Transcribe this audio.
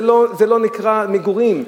זה לא נקרא מגורים.